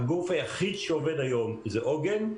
שהגוף היחיד שעובד היום זה "עוגן",